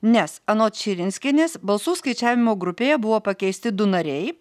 nes anot širinskienės balsų skaičiavimo grupėje buvo pakeisti du nariai